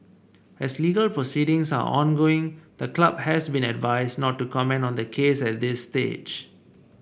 as legal proceedings are ongoing the club has been advised not to comment on the case at this stage